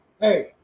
Hey